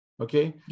Okay